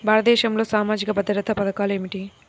భారతదేశంలో సామాజిక భద్రతా పథకాలు ఏమిటీ?